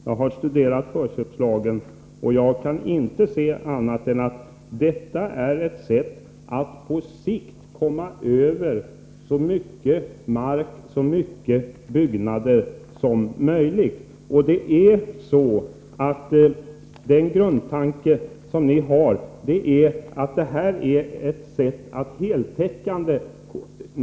Herr talman! Jag har studerat förköpslagen, och jag kan inte se annat än att detta är ett sätt att på sikt komma över så mycket mark och byggnader som möjligt. Grundtanken är att få till stånd en ordning som är heltäckande.